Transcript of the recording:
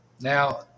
Now